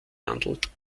handelt